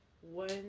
one